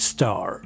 Star